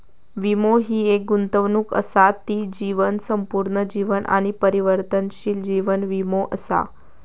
वीमो हि एक गुंतवणूक असा ती जीवन, संपूर्ण जीवन आणि परिवर्तनशील जीवन वीमो असा